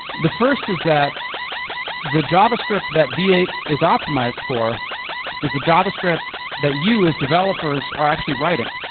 the first is that the javascript that v eight is optimized for is the javascript that you as developers are actually writing.